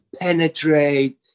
penetrate